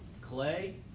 clay